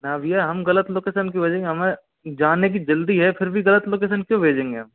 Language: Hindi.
ना भैया हम गलत लोकेशन क्यों भेजेंगे हमें जाने की जल्दी है फिर भी गलत लोकेशन क्यों भेजेंगे हम